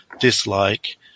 dislike